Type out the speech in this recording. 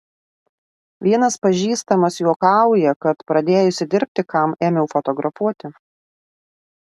vienas pažįstamas juokauja kad pradėjusi dirbti kam ėmiau fotografuoti